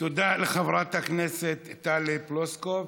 תודה לחברת הכנסת טלי פלוסקוב.